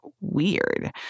weird